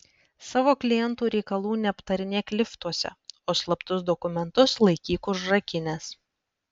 savo klientų reikalų neaptarinėk liftuose o slaptus dokumentus laikyk užrakinęs